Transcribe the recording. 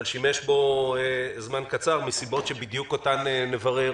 שימש בו זמן קצר מסיבות שבדיוק אותן נברר.